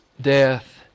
death